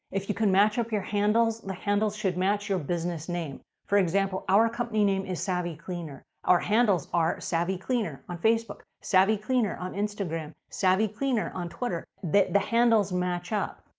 if you can match up your handles, the handles should match your business name. for example, our company name is savvy cleaner. our handles are savvy cleaner on facebook, savvy cleaner on instagram, savvy cleaner on twitter. the the handles match up.